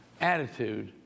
attitude